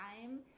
time